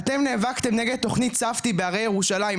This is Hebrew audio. אתם נאבקתם נגד תוכנית ספדי בהרי ירושלים,